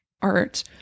art